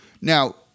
Now